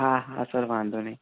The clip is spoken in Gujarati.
હા હા સર વાંધો નહીં